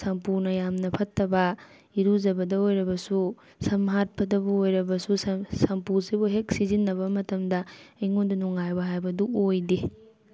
ꯁꯝꯄꯨꯅ ꯌꯥꯝꯅ ꯐꯠꯇꯕ ꯏꯔꯨꯖꯕꯗ ꯑꯣꯏꯔꯕꯁꯨ ꯁꯝ ꯍꯥꯠꯄꯗꯕꯨ ꯑꯣꯏꯔꯕꯁꯨ ꯁꯝꯄꯨꯁꯤꯕꯨ ꯍꯦꯛ ꯁꯤꯖꯤꯟꯅꯕ ꯃꯇꯝꯗ ꯑꯩꯉꯣꯟꯗ ꯅꯨꯡꯉꯥꯏꯕ ꯍꯥꯏꯕꯗꯣ ꯑꯣꯏꯗꯦ